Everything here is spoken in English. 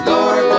Lord